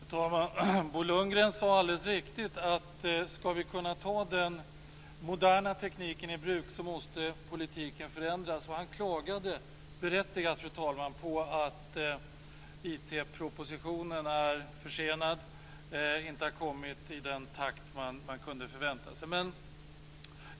Fru talman! Bo Lundgren sade, alldeles riktigt, att ska vi kunna ta den moderna tekniken i bruk måste politiken förändras. Han klagade, berättigat, på att IT propositionen är försenad och inte har kommit i den takt som man kunde förvänta sig.